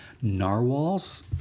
narwhals